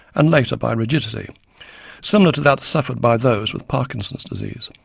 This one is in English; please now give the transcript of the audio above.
and later by rigidity similar to that suffered by those with parkinson's disease.